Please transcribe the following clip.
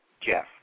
Jeff